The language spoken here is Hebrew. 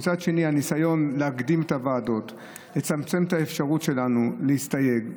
מצד שני הניסיון להקדים את הוועדות מצמצם את האפשרות שלנו להסתייג,